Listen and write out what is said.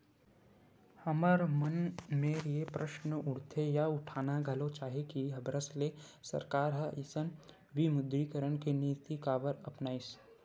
हमर मन मेर ये प्रस्न उठथे या उठाना घलो चाही के हबरस ले सरकार ह अइसन विमुद्रीकरन के नीति काबर अपनाइस?